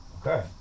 Okay